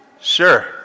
sure